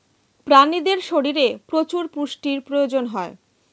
প্রাণীদের শরীরে প্রচুর পুষ্টির প্রয়োজন হয়